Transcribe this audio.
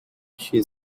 she